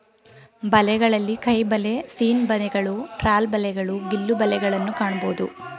ಬಲೆಗಳಲ್ಲಿ ಕೈಬಲೆ, ಸೀನ್ ಬಲೆಗಳು, ಟ್ರಾಲ್ ಬಲೆಗಳು, ಗಿಲ್ಲು ಬಲೆಗಳನ್ನು ಕಾಣಬೋದು